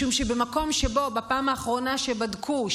משום שבמקום שבו בפעם האחרונה שבדקו,